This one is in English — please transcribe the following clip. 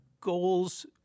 goals